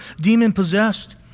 demon-possessed